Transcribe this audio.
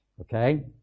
Okay